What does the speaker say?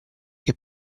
che